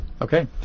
Okay